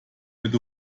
mit